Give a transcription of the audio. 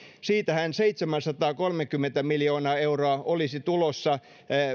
siitähän seitsemänsataakolmekymmentä miljoonaa euroa olisi tulossa